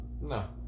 no